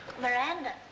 Miranda